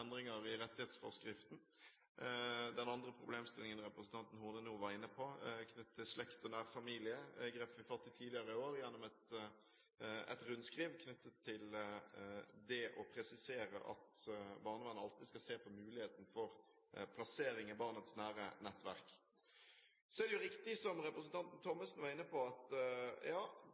endringer i rettighetsforskriften. Den andre problemstillingen representanten Horne nå var inne på, er knyttet til slekt og nær familie. Jeg grep fatt i det tidligere i år gjennom et rundskriv knyttet til det å presisere at barnevernet alltid skal se på muligheten for plassering i barnets nære nettverk. Så er det jo riktig, som representanten Thommessen var inne på, at